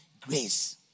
grace